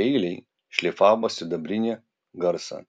peiliai šlifavo sidabrinį garsą